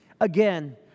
Again